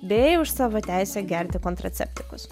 bei už savo teisę gerti kontraceptikus